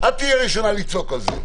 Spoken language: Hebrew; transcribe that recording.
את תהיי הראשונה לצעוק על זה.